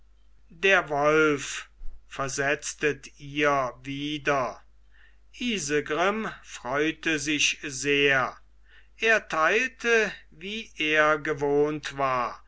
der wolf versetztet ihr wieder isegrim freute sich sehr er teilte wie er gewohnt war